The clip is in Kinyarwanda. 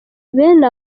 bene